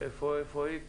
איפה היא?